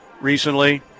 recently